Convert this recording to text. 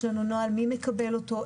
נוהל מי מקבל אותו,